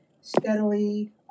steadily